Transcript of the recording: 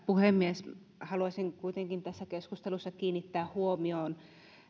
puhemies haluaisin kuitenkin tässä keskustelussa kiinnittää huomion